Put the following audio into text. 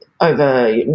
over